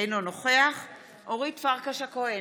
אינו נוכח אורית פרקש הכהן,